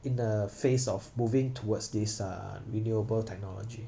in the phase of moving towards this uh renewable technology